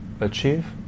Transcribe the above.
achieve